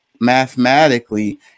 mathematically